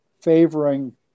favoring